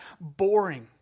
boring